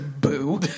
boo